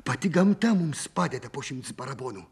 pati gamta mums padeda po šimts barabonų